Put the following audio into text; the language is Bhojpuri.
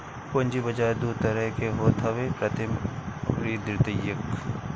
पूंजी बाजार दू तरह के होत हवे प्राथमिक अउरी द्वितीयक